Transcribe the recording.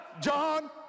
John